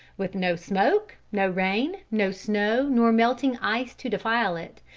with no smoke, no rain, no snow nor melting ice to defile it,